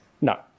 No